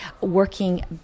working